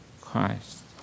Christ